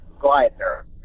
glider